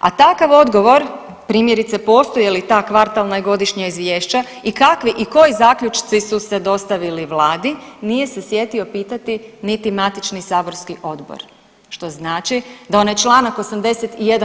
a takav odgovor primjerice postoje li ta kvartalna i godišnja izvješća i kakvi i koji zaključci su se dostavili Vladi nije se sjetio pitati niti matični saborski odbor, što znači da onaj članak 81.